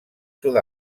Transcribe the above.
sud